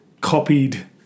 copied